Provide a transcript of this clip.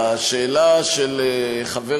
לשאלה של חבר